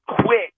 quit